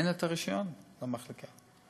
אין רישיון למחלקה,